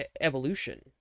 evolution